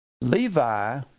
Levi